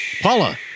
Paula